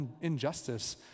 injustice